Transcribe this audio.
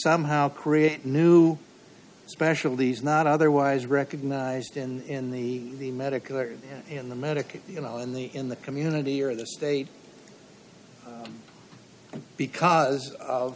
somehow create new specialties not otherwise recognized in the medical or in the medical you know in the in the community or the state because of